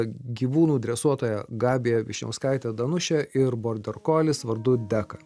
gyvūnų dresuotoja gabija vyšniauskaitė danušė ir borderkolis vardu deka